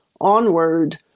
onward